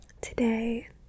today